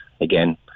Again